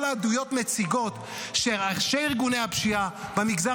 כל העדויות מציגות שראשי ארגוני הפשיעה במגזר